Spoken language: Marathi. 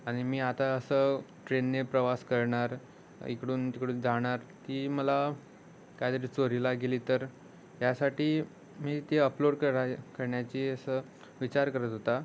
आणि मी आता असं ट्रेनने प्रवास करणार इकडून तिकडून जाणार ती मला काय तरी चोरीला गेली तर यासाठी मी ती अपलोड करा करण्याची असं विचार करत होता